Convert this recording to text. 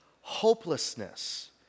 hopelessness